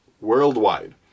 worldwide